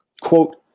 Quote